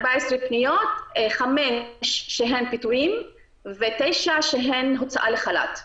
14 פניות חמש שהן פיטורים ותשע שהן הוצאה לחל"ת.